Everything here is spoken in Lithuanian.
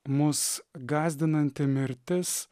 mus gąsdinanti mirtis